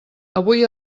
avui